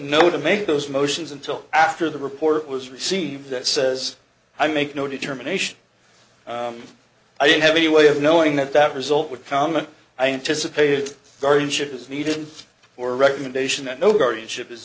know to make those motions until after the report was received that says i make no determination i don't have any way of knowing that that result would come and i anticipated guardianship is needed or recommendation that no guardianship is